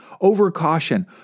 over-caution